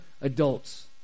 adults